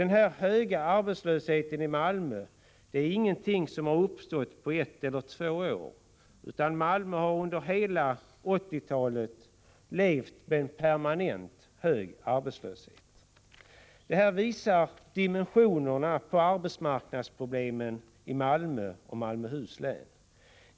Den höga arbetslösheten i Malmö är ingenting som uppstått på ett eller två år, utan Malmö har under hela 1980-talet levt med permanent hög arbetslöshet. Det här visar dimensionerna på arbetsmarknadsproblemen i Malmö och Malmöhus län.